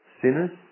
sinners